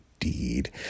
indeed